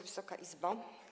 Wysoka Izbo!